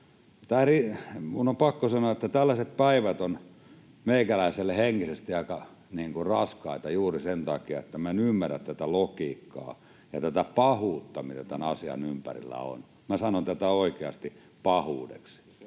Minun on pakko sanoa, että tällaiset päivät ovat meikäläiselle henkisesti aika raskaita juuri sen takia, että minä en ymmärrä tätä logiikkaa ja tätä pahuutta, mitä tämän asian ympärillä on. Minä sanon tätä oikeasti pahuudeksi.